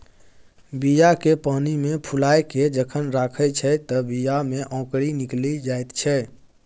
बीया केँ पानिमे फुलाए केँ जखन राखै छै तए बीया मे औंकरी निकलि जाइत छै